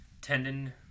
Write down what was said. tendon